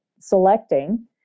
Selecting